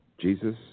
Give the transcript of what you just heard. Jesus